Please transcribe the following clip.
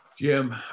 Jim